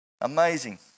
Amazing